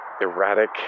erratic